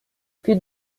più